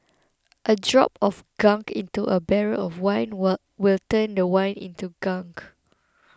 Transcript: a drop of gunk into a barrel of wine will will turn the wine into gunk